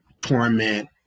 torment